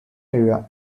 area